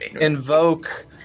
invoke